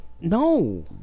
No